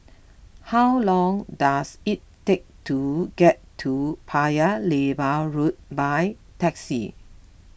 how long does it take to get to Paya Lebar Road by taxi